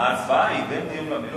ההצבעה היא בין דיון במליאה,